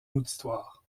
auditoire